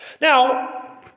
Now